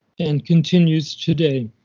and continues today.